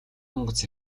онгоц